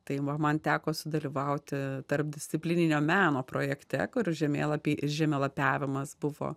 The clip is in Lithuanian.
tai va man teko sudalyvauti tarpdisciplininio meno projekte kur žemėlapiai ir žemelapiavimas buvo